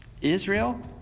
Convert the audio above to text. Israel